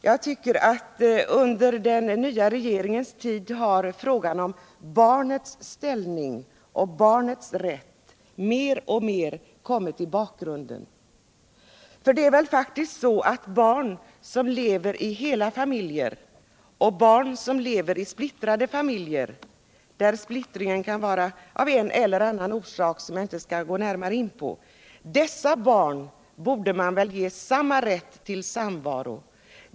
Jag tycker att frågan om barnets ställning och barnets rätt under den nya regeringens tid mer och mer kommit i bakgrunden. Barn som lever i hela familjer och barn som lever i splittrade familjer, där splittringen kan ha en eller annan orsak som jag inte skall gå närmare in på, borde ges samma rätt till samvaro.